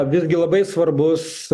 visgi labai svarbus